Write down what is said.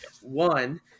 one